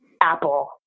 apple